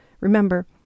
Remember